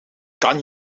kan